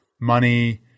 money